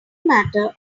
matter